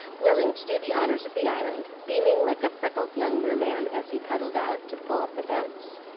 willing to do the honors of the island, beaming like a freckled young merman as he paddled out to pull up the boats.